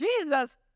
Jesus